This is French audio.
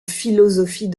philosophie